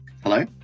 Hello